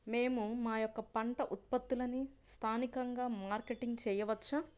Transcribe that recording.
మేము మా యొక్క పంట ఉత్పత్తులని స్థానికంగా మార్కెటింగ్ చేయవచ్చా?